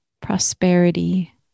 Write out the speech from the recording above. prosperity